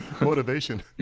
motivation